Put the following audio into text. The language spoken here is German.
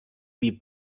wie